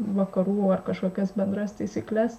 vakarų ar kažkokias bendras taisykles